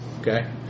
okay